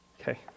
Okay